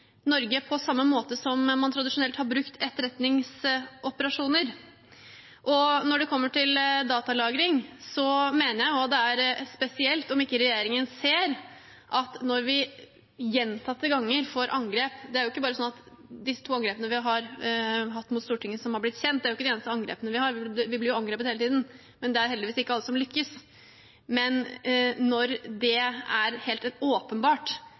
Norge, på samme måte som man tradisjonelt har brukt etterretningsoperasjoner. Når det gjelder datalagring, er det ikke sånn at de to angrepene som det er kjent at vi har hatt mot Stortinget, er de eneste angrepene. Vi blir jo angrepet hele tiden, men det er heldigvis ikke alle som lykkes. Men når det helt åpenbart er en trussel mot demokratiet vårt, mener jeg det er spesielt om ikke